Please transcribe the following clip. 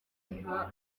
nka